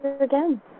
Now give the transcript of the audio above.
again